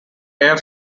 air